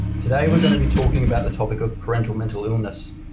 today, we're going to be talking about the topic of parental mental illness,